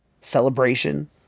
celebration